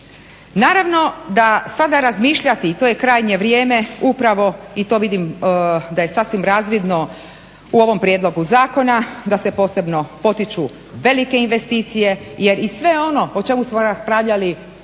Naravno da sada razmišljati to je krajnje vrijeme upravo i to vidim da je sasvim razvidno u ovom prijedlogu zakona, da se posebno potiču velike investicije jer i sve ono o čemu smo raspravljali jutros